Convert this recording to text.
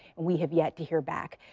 we have yet to hear back.